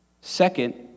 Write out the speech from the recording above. Second